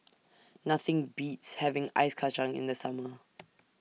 Nothing Beats having Ice Kacang in The Summer